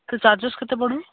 charges କେତେ ପଡ଼ିବ